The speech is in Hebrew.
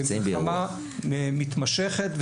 במלחמה מתמשכת,